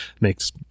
makes